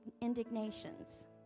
indignations